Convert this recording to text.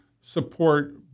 support